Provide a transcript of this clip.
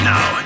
Now